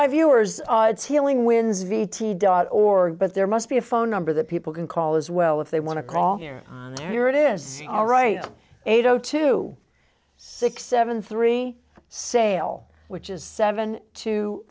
my viewers odds healing wins v t dot org but there must be a phone number that people can call as well if they want to call here here it is all right eight zero two six seven three sale which is seven t